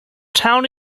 town